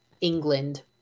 England